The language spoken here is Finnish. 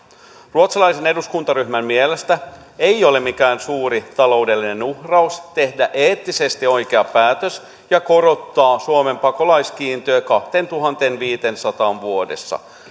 ruotsalaisen eduskuntaryhmän mielestä ei ole mikään suuri taloudellinen uhraus tehdä eettisesti oikea päätös ja korottaa suomen pakolaiskiintiö kahteentuhanteenviiteensataan vuodessa